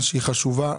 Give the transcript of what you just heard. חשובה,